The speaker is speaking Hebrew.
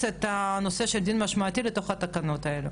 את הנושא של דין משמעתי לתוך התקנות האלה.